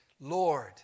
Lord